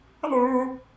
Hello